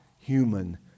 human